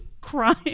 crying